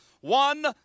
One